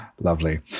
Lovely